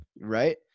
Right